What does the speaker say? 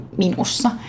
minussa